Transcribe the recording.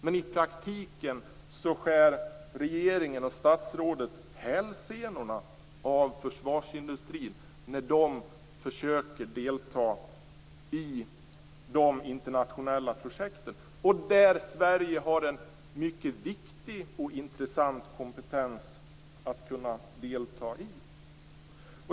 Men i praktiken skär regeringen och statsrådet hälsenorna av försvarsindstrierna när de försöker delta i de internationella projekten, som Sverige har en mycket viktig och intressant kompetens för att kunna delta i.